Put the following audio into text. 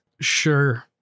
Sure